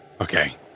Okay